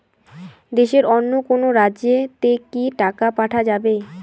দেশের অন্য কোনো রাজ্য তে কি টাকা পাঠা যাবে?